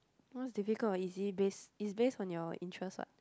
once difficult or easy based is based on your interest what